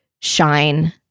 shine